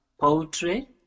poetry